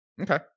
okay